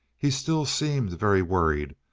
he still seemed very worried,